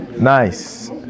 Nice